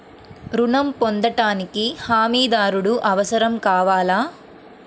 ఋణం పొందటానికి హమీదారుడు అవసరం కావాలా?